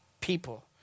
people